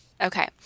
Okay